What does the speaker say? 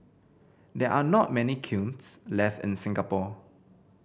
there are not many kilns left in Singapore